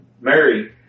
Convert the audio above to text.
Mary